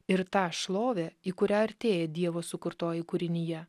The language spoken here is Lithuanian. ir tą šlovę į kurią artėja dievo sukurtoji kūrinija